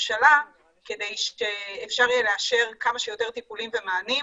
הממשלה כדי שאפשר יהיה לאשר כמה שיותר טיפולים ומענים.